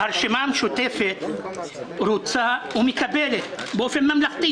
הרשימה המשותפת רוצה ומקבלת באופן ממלכתי